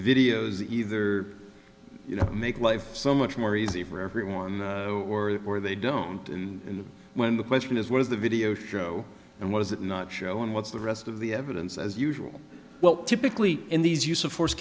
videos either you know make life so much more easy for everyone or or they don't and when the question is what is the video show and what is it not shown what's the rest of the evidence as usual well typically in these use of force